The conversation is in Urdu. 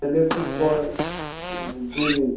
چلیے پھر کال جی جی